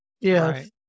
Yes